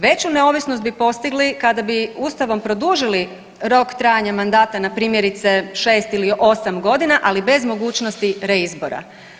Veću neovisnost bi postigli kada bi Ustavom produžili rok trajanja mandata na primjerice 6 ili 8 godina, ali bez mogućnosti reizbora.